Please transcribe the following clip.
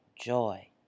joy